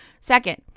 Second